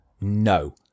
no